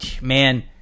man